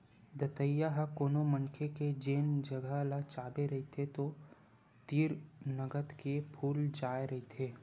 दतइया ह कोनो मनखे के जेन जगा ल चाबे रहिथे ओ तीर नंगत के फूल जाय रहिथे